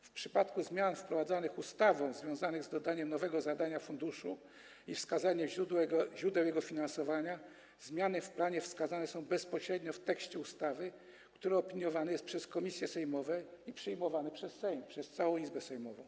W przypadku zmian wprowadzanych ustawą związanych z dodaniem nowego zadania funduszu i wskazaniem źródeł jego finansowania, zmiany w planie wskazane są bezpośrednio w tekście ustawy, który opiniowany jest przez komisje sejmowe i przyjmowany przez Sejm, przez całą Wysoką Izbę.